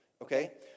okay